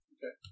Okay